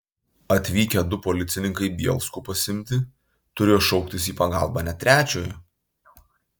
atvykę du policininkai bielskų pasiimti turėjo šauktis į pagalbą net trečiojo